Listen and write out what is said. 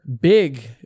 big